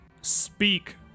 speak